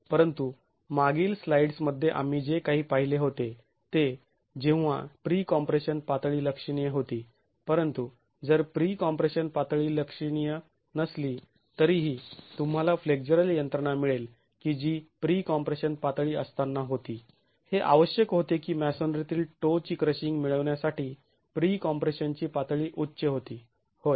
परंतु मागील स्लाईड्स मध्ये आम्ही जे काही पाहिले होते ते जेव्हा प्री कॉम्प्रेशन पातळी लक्षणीय होती परंतु जर प्री कॉम्प्रेशन पातळी लक्षणीय नसली तरीही तुम्हाला फ्लेक्झरल यंत्रणा मिळेल की जी प्री कॉम्प्रेशन पातळी असताना होती हे आवश्यक होते की मॅसोनरीतील टो ची क्रशिंग मिळवण्यासाठी प्री कॉम्प्रेशन ची पातळी उच्च होती होय